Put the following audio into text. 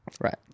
Right